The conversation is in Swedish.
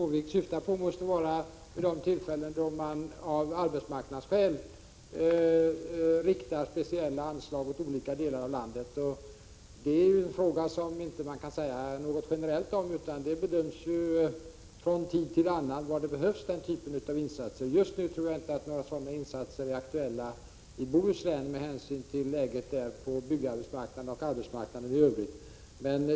Herr talman! De öronmärkta pengarna som Kenth Skårvik syftar på avsätts vid de tillfällen då speciella anslag riktas till olika delar av landet av arbetsmarknadsskäl. Det går inte att säga något generellt om dessa pengar, utan det bedöms från tid till annan var den typen av insatser behövs. Jag tror inte att några sådana är aktuella just nu i Bohuslän, med hänsyn till läget på byggarbetsmarknaden och arbetsmarknaden i övrigt där.